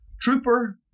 Trooper